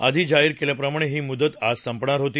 आधी जाहीर केल्याप्रमाणे ही मुदत आज संपणार होती